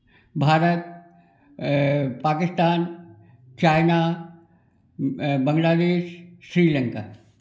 भारत अ पाकिस्तान चाइना बांग्लादेश श्रीलंका